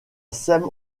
sème